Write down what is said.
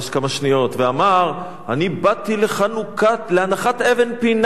ואמר: אני באתי להנחת אבן פינה בקרני-שומרון,